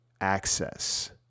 access